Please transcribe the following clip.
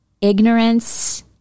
ignorance